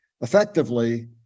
effectively